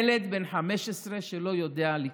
ילד בן 15 שלא יודע לקרוא.